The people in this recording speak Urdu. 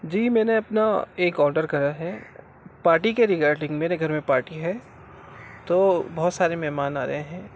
جی میں نے اپنا ایک آڈر کرا ہے پارٹی کے ریگارڈنگ میرے گھر میں پارٹی ہے تو بہت سارے مہمان آ رہے ہیں